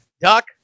Duck